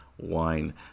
Wine